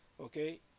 Okay